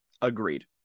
Agreed